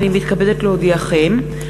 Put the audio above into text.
הנני מתכבדת להודיעכם,